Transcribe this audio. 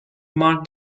mark